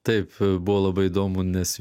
taip buvo labai įdomu nes